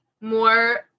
more